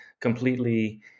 completely